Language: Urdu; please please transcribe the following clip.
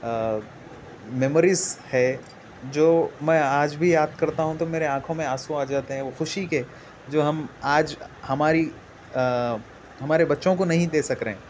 میموریس ہے جو میں آج بھی یاد کرتا ہوں تو میرے آنکھوں میں آنسوں آ جاتے ہیں وہ خوشی کے جو ہم آج ہماری ہمارے بچوں کو نہیں دے سک رہے ہیں